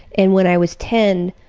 and when i was ten,